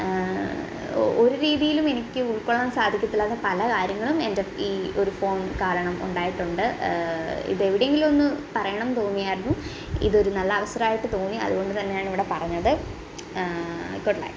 ഒരു രീതിയിലും എനിക്ക് ഉൾക്കൊളളാൻ സാധിക്കത്തില്ലാത്ത പല കാര്യങ്ങളും എന്റെ ഈ ഒരു ഫോൺ കാരണം ഉണ്ടായിട്ടുണ്ട് ഇതെവിടെയെങ്കിലും ഒന്നു പറയണം തോന്നിയായിരുന്നു ഇതൊരു നല്ല അവസരമായിട്ട് തോന്നി അതുകൊണ്ട് തന്നെയാണ് ഇവിടെ പറഞ്ഞത് ഗുഡ് ലക്ക്